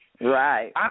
Right